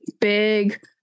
big